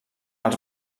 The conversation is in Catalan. els